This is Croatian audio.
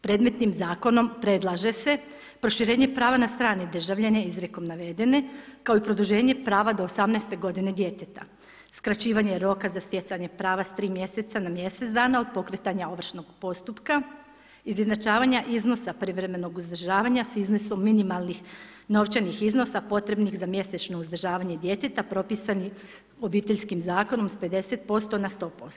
Predmetnim zakonom predlaže se proširenje prava na strani državljana izrekom navedene, kao i produženje prava do 18 godine djeteta, skraćivanje roka za stjecanje prava s 3 mjeseca na mjesec dana od pokretanja ovršnog postupka, izjednačavanja iznosa privremenog uzdržavanja s iznosom minimalnih novčanih iznosa potrebnih za mjesečno uzdržavanje djeteta propisanim Obiteljskim zakonom s 50% na 100%